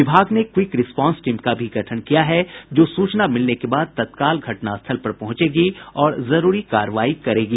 विभाग ने quick response team का भी गठन किया है जो सूचना मिलने के बाद तत्काल घटनास्थल पर पहुंचेगी और जरूरी कार्रवाई करेगी